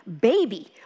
baby